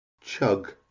chug